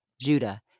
Judah